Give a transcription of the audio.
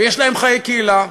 ויש להם חיי קהילה.